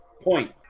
Point